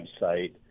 website